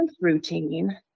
routine